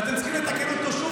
ואתם צריכים לתקן אותו שוב,